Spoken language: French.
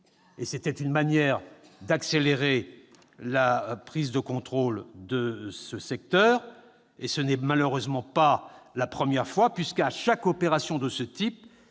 C'était une manière d'accélérer la prise de contrôle de ce secteur. Ce n'est malheureusement pas la première fois : lors de chaque opération de ce type,